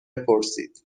پرسید